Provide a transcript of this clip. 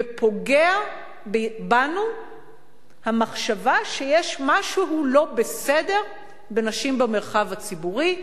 ופוגעת בנו המחשבה שיש משהו לא בסדר בנשים במרחב הציבורי.